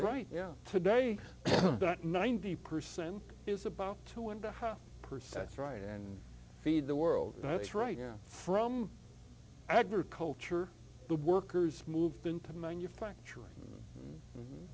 right yeah today ninety percent is about two and a half percent right and feed the world that's right in from agriculture the workers moved into manufacturing